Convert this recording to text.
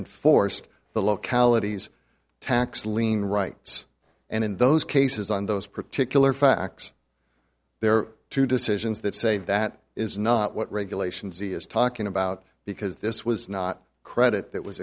enforced the localities tax lien rights and in those cases on those particular facts there are two decisions that say that is not what regulations e is talking about because this was not credit that was